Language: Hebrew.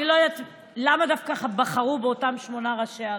אני לא יודעת למה בחרו דווקא באותם ראשי ערים.